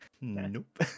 Nope